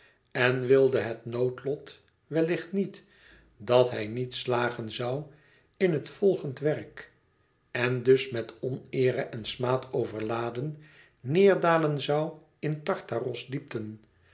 en wilde het noodlot wellicht niet dat hij niet slagen zoû in het volgend werk en dus met oneere en smaad overladen neêr dalen zoû in tartaros diepten